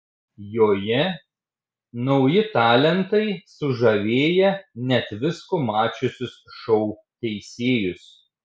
joje nauji talentai sužavėję net visko mačiusius šou teisėjus